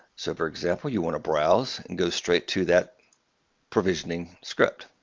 so for example, you want to browse, and go straight to that provisioning script.